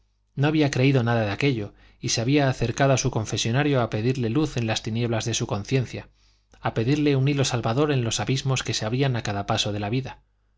no había creído nada de aquello y se había acercado a su confesonario a pedirle luz en las tinieblas de su conciencia a pedirle un hilo salvador en los abismos que se abrían a cada paso de la vida